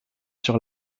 sur